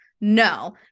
No